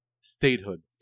statehood